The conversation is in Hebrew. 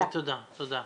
אוקיי, תודה.